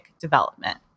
development